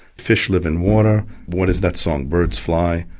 fish live in water, what is that song, birds fly,